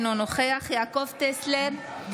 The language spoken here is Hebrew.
אינו נוכח יעקב טסלר,